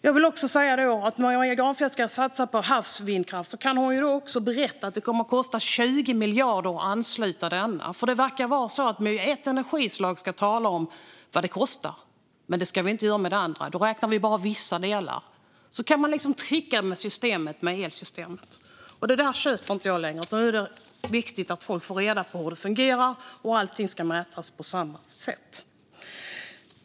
Jag vill också säga att om Maria Gardfjell ska satsa på havsvindkraft kan hon även berätta att det kommer att kosta 20 miljarder att ansluta den till alla. Det verkar vara så att för ett energislag ska vi tala om vad det kostar men inte för andra. Då räknar vi bara vissa delar. Så kan man trixa med elsystemet. Det där köper inte jag längre. Nu är det viktigt att folk får reda på hur det fungerar. Allting ska mätas på samma sätt.